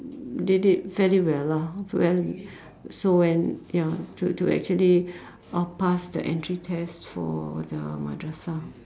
they did very well lah well so when ya to to actually uh pass the entry test for the madrasah